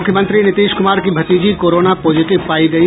मुख्यमंत्री नीतीश कुमार की भतीजी कोरोना पॉजिटिव पायी गयी